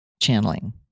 channeling